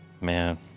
man